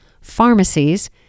pharmacies